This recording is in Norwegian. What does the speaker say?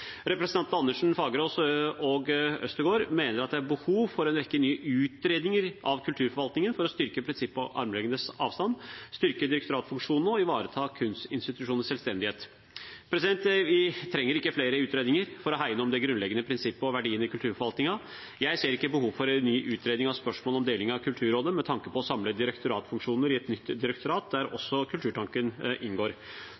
Andersen, Fagerås og Øvstegård mener at det er behov for en rekke nye utredninger av kulturforvaltningen, for å styrke prinsippet om armlengdes avstand, styrke direktoratsfunksjonene og ivareta kunstinstitusjonenes selvstendighet. Vi trenger ikke flere utredninger for å hegne om de grunnleggende prinsippene og verdiene i kulturforvaltningen. Jeg ser ikke behovet for en ny utredning av spørsmålet om deling av Kulturrådet med tanke på å samle direktoratsfunksjoner i et nytt direktorat, der